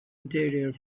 interior